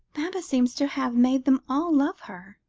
baba seems to have made them all love her,